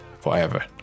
forever